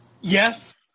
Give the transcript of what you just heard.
yes